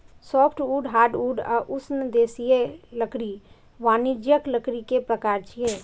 softwood, hardwood आ उष्णदेशीय लकड़ी वाणिज्यिक लकड़ी के प्रकार छियै